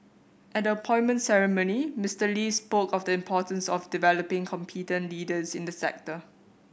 at the appointment ceremony Mister Lee spoke of the importance of developing competent leaders in the sector